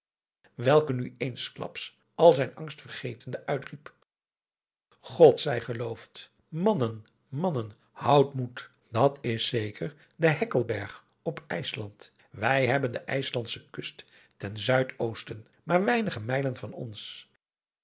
welke nu eensklaps al zijn angst vergetende uitriep god zij geloofd mannen mannen houdt moed dat is zeker de hekkèlberg op ijsland wij hebben de ijslandsche kust ten zuidoosten maar weinige mijlen van ons